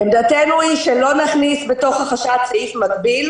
עמדתנו היא שלא נכניס בתוך החש"צ סעיף מקביל.